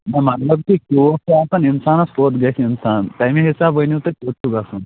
نہَ مطلب کہِ ٹیٛوٗر چھا آسن اِنسانَس کوٚت گژھِ اِنسان تَمی حِساب ؤنِو تُہۍ کوٚت چھُ گژھُن